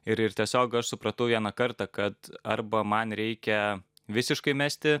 ir ir tiesiog aš supratau vieną kartą kad arba man reikia visiškai mesti